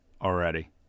Already